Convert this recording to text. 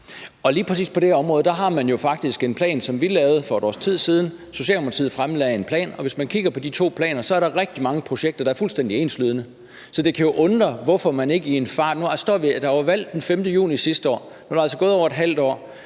(DF): Lige præcis på det her område er der jo faktisk en plan, som vi lavede for et års tid siden. Socialdemokratiet har fremlagt en plan, og hvis man kigger på de to planer, er der rigtig mange projekter, der er fuldstændig enslydende. Der var valg den 5. juni sidste år, der er altså gået over et halvt år, og det